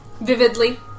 Vividly